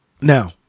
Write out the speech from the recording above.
Now